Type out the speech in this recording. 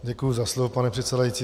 Děkuji za slovo, pane předsedající.